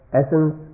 essence